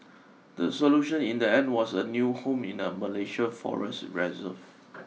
the solution in the end was a new home in a Malaysia forest reserve